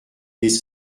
des